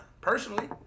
personally